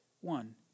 one